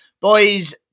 Boys